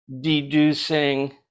deducing